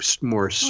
more